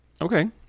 okay